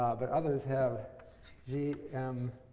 ah but others have gmbh. um